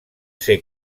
ser